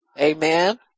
Amen